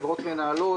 חברות מנהלות,